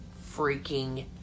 freaking